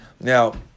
Now